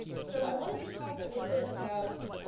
so i wanted to talk a little bit about